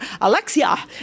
Alexia